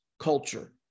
culture